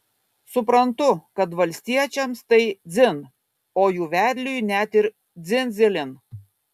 suprantu kad valstiečiams tai dzin o jų vedliui net ir dzin dzilin